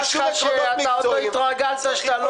עמדתנו היא שאפשר להתכנס רק